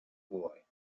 boy